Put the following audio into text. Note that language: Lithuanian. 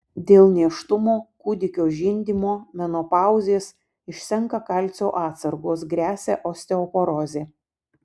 dėl nėštumo kūdikio žindymo menopauzės išsenka kalcio atsargos gresia osteoporozė